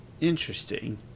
Interesting